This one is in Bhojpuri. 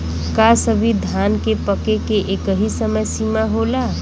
का सभी धान के पके के एकही समय सीमा होला?